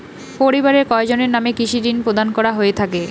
পরিবারের কয়জনের নামে কৃষি ঋণ প্রদান করা হয়ে থাকে?